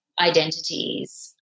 identities